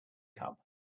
cub